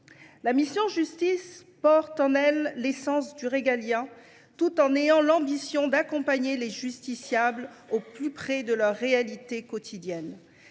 la mission « Justice » porte en elle l’essence du régalien, tout en ayant l’ambition d’accompagner les justiciables au plus près de leurs réalités quotidiennes.